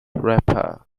rapper